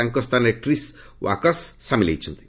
ତାଙ୍କ ସ୍ଥାନରେ Chris Woakes ସାମିଲ୍ ହୋଇଛନ୍ତି